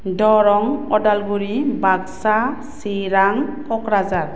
Darrang Udalguri Baksa Chirang Kokrajhar